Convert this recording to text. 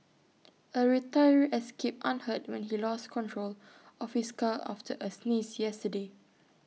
A retiree escaped unhurt when he lost control of his car after A sneeze yesterday